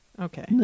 Okay